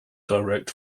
direct